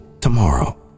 tomorrow